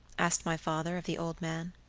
asked my father of the old man.